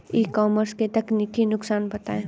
ई commerce के तकनीकी नुकसान बताएं?